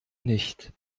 nicht